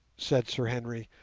said sir henry,